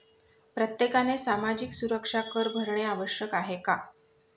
प्रत्येकाने सामाजिक सुरक्षा कर भरणे आवश्यक आहे का?